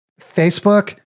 Facebook